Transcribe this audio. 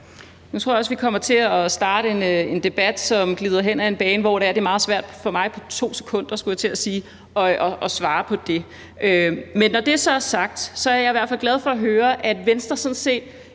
Nu tror jeg også, vi kommer til at starte en debat, som glider hen ad en bane, hvor det er meget svært for mig på 2 sekunder, skulle jeg til at sige, at svare på det. Men når det så er sagt, er jeg i hvert fald glad for at høre, at Venstre sådan set